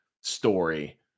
story